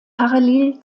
parallel